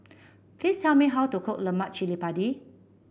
please tell me how to cook Lemak Cili Padi